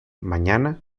mañana